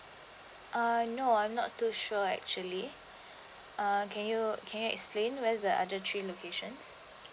uh no I'm not too sure actually uh can you can you explain where is the other three locations